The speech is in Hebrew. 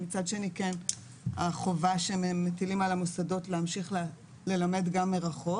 מצד שני כן החובה שהם מטילים על המוסדות להמשיך ללמד גם מרחוק.